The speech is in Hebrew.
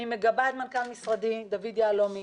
אני מגבה את מנכ"ל משרדי דוד יהלומי,